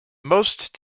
most